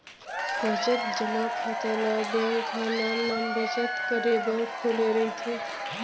बचत जमा खाता ल बेंक ह नान नान बचत करे बर खोले रहिथे